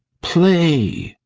play!